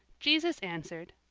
jesus answered,